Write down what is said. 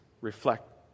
reflect